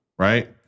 Right